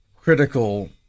critical